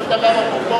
כל דבר בפרופורציה.